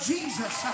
Jesus